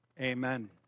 Amen